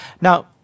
Now